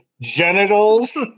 genitals